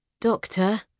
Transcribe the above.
Doctor